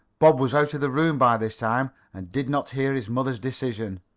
bob was out of the room by this time and did not hear his mother's decision.